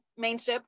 Mainship